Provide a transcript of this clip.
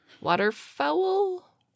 Waterfowl